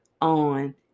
on